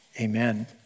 amen